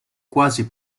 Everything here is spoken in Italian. quasi